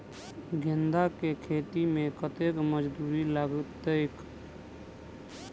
गेंदा केँ खेती मे कतेक मजदूरी लगतैक?